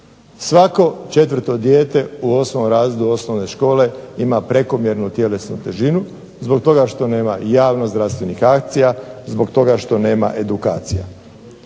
svako 4. dijete u 8. razredu osnovne škole ima prekomjernu tjelesnu težinu zbog toga što nema javnozdravstvenih akcija, zbog toga što nema edukacija.